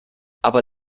aber